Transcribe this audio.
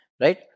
right